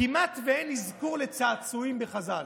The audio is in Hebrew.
כמעט שאין אזכור לצעצועים בחז"ל,